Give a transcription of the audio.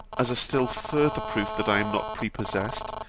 as a still further proof that i am not prepossessed,